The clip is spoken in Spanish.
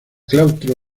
claustro